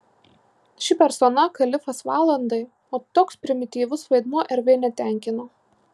ši persona kalifas valandai o toks primityvus vaidmuo rv netenkino